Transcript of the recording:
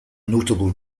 notable